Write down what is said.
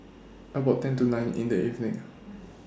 about ten to nine in The evening